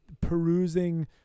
perusing